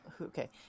Okay